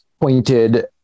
pointed